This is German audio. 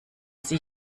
sie